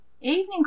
evening